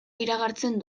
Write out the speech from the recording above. iragartzen